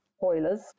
boilers